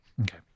Okay